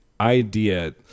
idea